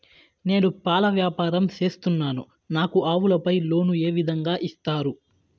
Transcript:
నేను పాల వ్యాపారం సేస్తున్నాను, నాకు ఆవులపై లోను ఏ విధంగా ఇస్తారు